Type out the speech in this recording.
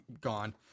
gone